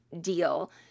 deal